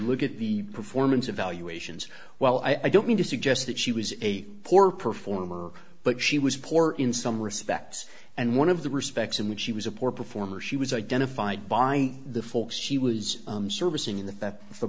look at the performance evaluations well i don't mean to suggest that she was a poor performer but she was poor in some respects and one of the respects in which she was a poor performer she was identified by the folks she was servicing in the